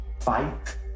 fight